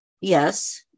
Yes